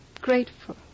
grateful